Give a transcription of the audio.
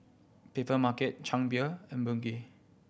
Papermarket Chang Beer and Bengay